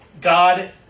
God